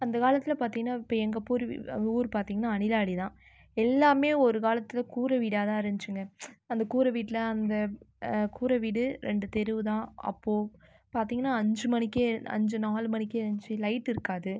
அந்த காலத்தில் பார்த்திங்னா இப்போ எங்கள் பூர் ஊர் பார்த்திங்கனா அணிலாடி தான் எல்லாமே ஒரு காலத்தில் கூரை வீடாக தான் இருந்துச்சிங்க அந்த கூரை வீட்டில அந்த கூரை வீடு ரெண்டு தெரு தான் அப்போது பார்த்திங்னா அஞ்சு மணிக்கே அஞ்சு நாலு மணிக்கே எழுந்திச்சி லைட் இருக்காது